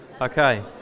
Okay